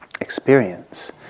experience